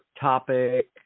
topic